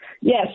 Yes